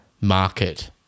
market